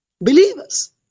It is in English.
Believers